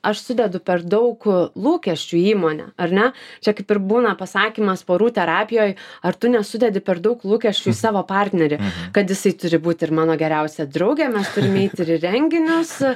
aš sudedu per daug lūkesčių į įmonę ar ne čia kaip ir būna pasakymas porų terapijoj ar tu nesudedi per daug lūkesčių į savo partnerį kad jisai turi būt ir mano geriausia draugė mes turim eit ir į renginius